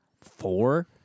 four